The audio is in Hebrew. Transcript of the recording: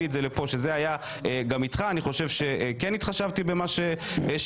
את זה לפה זה היה גם איתך אני חושב שכן התחשבתי במה שאמרתם,